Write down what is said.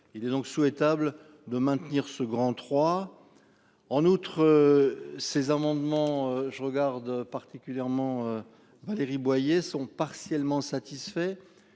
Il est donc souhaitable de maintenir ce grand trois. En outre ces amendements je regarde particulièrement. Valérie Boyer sont partiellement satisfait